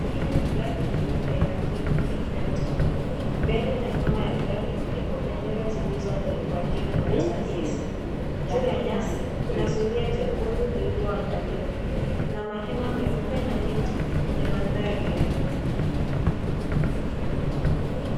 Hili ni gari jeupe la kliniki inayotembea. Mbele na nyuma ya gari ipo bendera zilizoandikwa jina la taasisi. Juu ya nyasi kuna zulia jekundu lililoandaliwa. Kuna mahema meupa na miti kwenye mandhari ya nyuma.